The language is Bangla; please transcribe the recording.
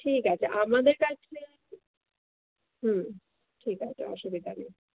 ঠিক আছে আমাদের কাছে হ্যাঁ ঠিক আছে অসুবিধা নেই